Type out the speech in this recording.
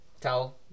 Towel